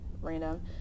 random